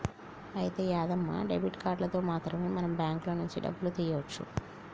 అయితే యాదమ్మ డెబిట్ కార్డులతో మాత్రమే మనం బ్యాంకుల నుంచి డబ్బులు తీయవచ్చు